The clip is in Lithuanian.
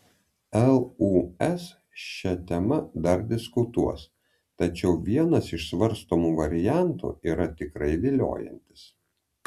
lūs šia tema dar diskutuos tačiau vienas iš svarstomų variantų yra tikrai viliojantis